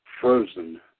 frozen